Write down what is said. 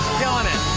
killin' it.